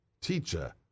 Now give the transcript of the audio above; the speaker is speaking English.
Teacher